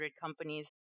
companies